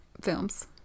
films